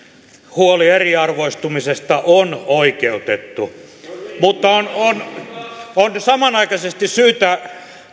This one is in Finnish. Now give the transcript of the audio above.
huoli eriarvoistumisesta on oikeutettu mutta on on samanaikaisesti syytä